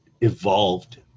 evolved